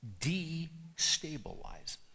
destabilizes